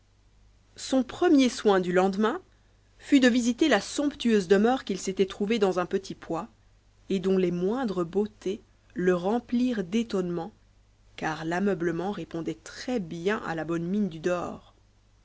son premier soin du lendemain fut de visiter la somptueuse demeure qu'il s'était trouvée dans un petit pois et dont les moindres beautés le remplirent d'étonnement car l'ameublement répondait très bien à la bonne mine du dehors